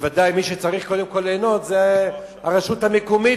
ובוודאי מי שצריכה ליהנות קודם כול זאת הרשות המקומית.